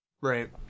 right